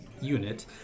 unit